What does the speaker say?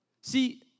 See